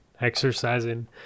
exercising